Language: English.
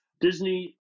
Disney